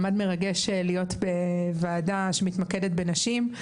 זהו מעמד מרגש להיות בוועדה שמתמקדת בנשים,